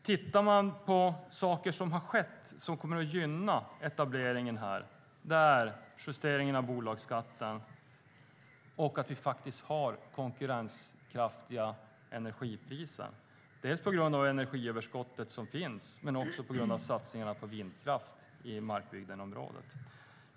Bland saker som har skett och som kommer att gynna etableringen är justeringen av bolagsskatten och att vi har konkurrenskraftiga energipriser, dels på grund av energiöverskottet, dels på grund av satsningarna på vindkraft i Markbygdenområdet.